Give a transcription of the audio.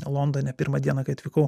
londone pirmą dieną kai atvykau